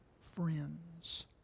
friends